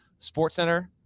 SportsCenter